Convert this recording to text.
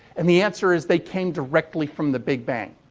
and the answer is, they came directly from the big bang.